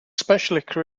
specifically